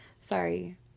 Sorry